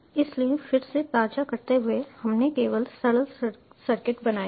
इसलिए फिर से ताज़ा करते हुए हमने केवल सरल सर्किट बनाया है